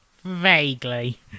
Vaguely